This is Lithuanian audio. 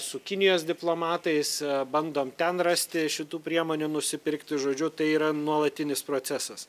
su kinijos diplomatais bandom ten rasti šitų priemonių nusipirkti žodžiu tai yra nuolatinis procesas